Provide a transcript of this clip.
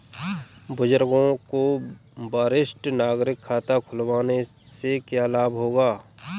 बुजुर्गों को वरिष्ठ नागरिक खाता खुलवाने से क्या लाभ होगा?